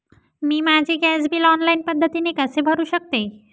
मी माझे gas bill online पद्धतीने कसे भरु शकते?